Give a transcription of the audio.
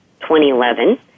2011